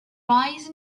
rise